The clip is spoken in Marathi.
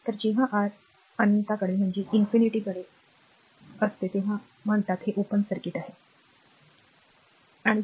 तर जेव्हा आर अनंताकडे दुर्लक्ष करते तेव्हा म्हणतात की हे ओपन सर्किट आहे बरोबर